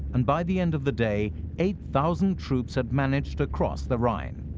and by the end of the day, eight thousand troops had managed to cross the rhine.